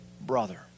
brother